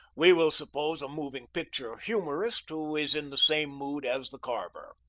we will suppose a moving picture humorist who is in the same mood as the carver.